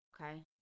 Okay